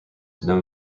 known